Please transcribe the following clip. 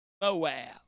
Moab